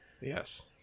Yes